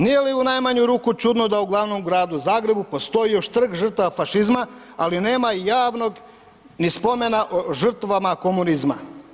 Nije li u najmanju ruku čudno da u glavnom gradu Zagrebu postoji još Trg žrtava fašizma ali nema javnog ni spomena o žrtvama komunizma?